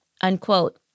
unquote